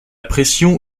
pression